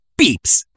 beeps